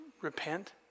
Repent